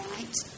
Right